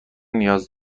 نیاز